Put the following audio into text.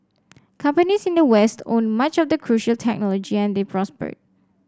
companies in the west owned much of the crucial technology and they prospered